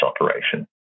operation